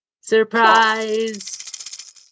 Surprise